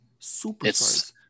Superstars